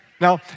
Now